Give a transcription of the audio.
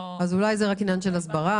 אולי זה רק עניין של הסברה.